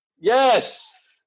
Yes